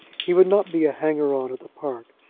he would not be a hanger-on at the park,